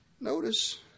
Notice